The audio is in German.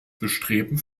bestreben